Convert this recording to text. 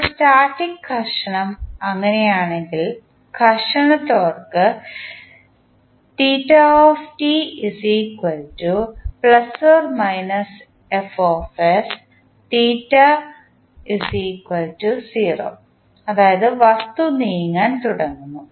അപ്പോൾ സ്റ്റാറ്റിക് ഘർഷണം അങ്ങനെയാണെങ്കിൽ ഘർഷണ ടോർക്ക് അതായത് വസ്തു നീങ്ങാൻ തുടങ്ങുന്നു